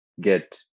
get